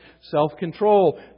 self-control